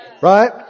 right